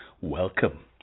welcome